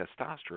testosterone